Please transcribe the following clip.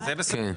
זה בסדר.